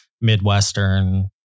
Midwestern